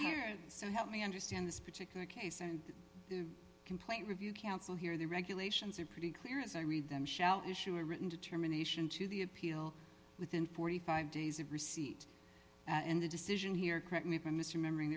so help me understand this particular case and complaint review counsel here the regulations are pretty clear as i read them shall issue a written determination to the appeal within forty five dollars days of receipt and the decision here correct me if i'm misremembering